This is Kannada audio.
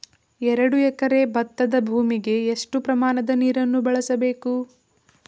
ಎರಡು ಎಕರೆ ಭತ್ತದ ಭೂಮಿಗೆ ಎಷ್ಟು ಪ್ರಮಾಣದ ನೀರನ್ನು ಬಳಸಬೇಕು?